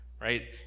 right